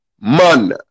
Man